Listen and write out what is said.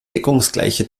deckungsgleiche